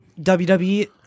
WWE